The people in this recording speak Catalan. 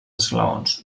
esglaons